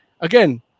again